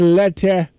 letter